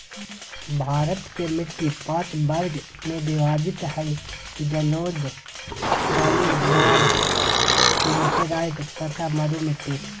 भारत के मिट्टी पांच वर्ग में विभाजित हई जलोढ़, काली, लाल, लेटेराइट तथा मरू मिट्टी